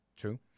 True